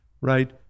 right